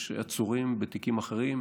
יש עצורים בתיקים אחרים,